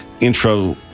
intro